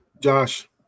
Josh